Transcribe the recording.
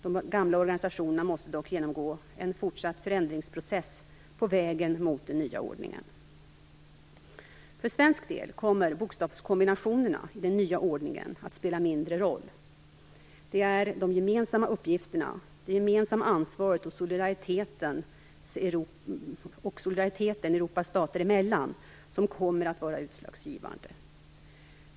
De gamla organisationerna måste dock genomgå en fortsatt förändringsprocess på vägen mot den nya ordningen. För svensk del kommer bokstavskombinationerna i den nya ordningen att spela mindre roll. Det är de gemensamma uppgifterna, det gemensamma ansvaret och solidariteten Europas stater emellan som kommer att vara utslagsgivande.